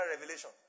revelation